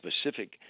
specific